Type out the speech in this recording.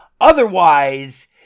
otherwise